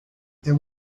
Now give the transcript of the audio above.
there